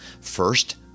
First